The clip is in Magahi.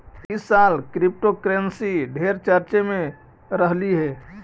ई साल क्रिप्टोकरेंसी ढेर चर्चे में रहलई हे